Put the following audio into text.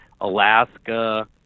Alaska